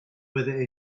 whether